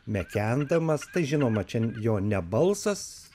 mekendamas tai žinoma čia an jo ne balsas